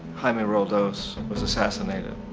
jaime roldos was assassinated.